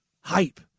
hype